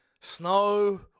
snow